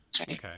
Okay